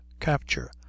capture